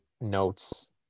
notes